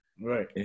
Right